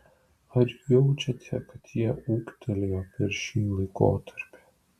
ar jaučiate kad jie ūgtelėjo per šį laikotarpį